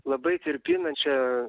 labai tirpina čia